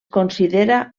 considera